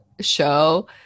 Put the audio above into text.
show